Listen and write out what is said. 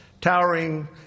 towering